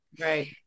Right